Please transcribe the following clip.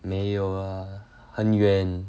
没有 ah 很远